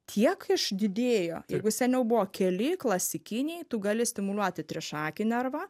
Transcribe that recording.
tiek iš didėjo jeigu seniau buvo keli klasikiniai tu gali stimuliuoti trišakį nervą